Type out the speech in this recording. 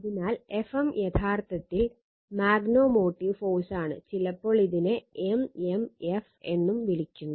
അതിനാൽ Fm യഥാർത്ഥത്തിൽ magnetomotive ഫോഴ്സാണ് ചിലപ്പോൾ ഇതിനെ m m f എന്നും വിളിക്കുന്നു